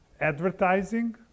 advertising